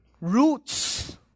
roots